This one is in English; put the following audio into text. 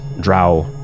drow